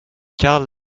karl